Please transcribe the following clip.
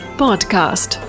podcast